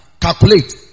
Calculate